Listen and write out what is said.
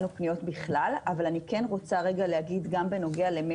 אבל לזמן מוגבל.